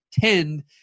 tend